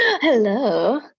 Hello